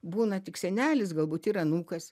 būna tik senelis galbūt ir anūkas